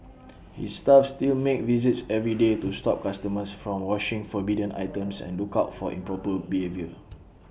his staff still make visits every day to stop customers from washing forbidden items and look out for improper behaviour